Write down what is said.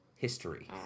history